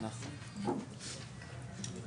הגופים השונים.